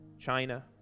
China